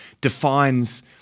defines